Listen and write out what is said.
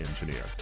engineer